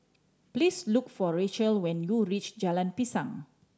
please look for Rachel when you reach Jalan Pisang